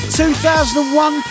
2001